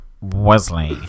Wesley